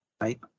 right